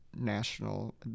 national